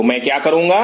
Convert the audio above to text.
तो मैं क्या करुंगा